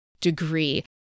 degree